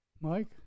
Mike